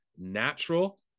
natural